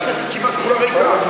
הכנסת חצי ריקה?